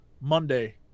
Monday